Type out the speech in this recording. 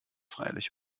freilich